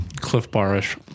cliff-bar-ish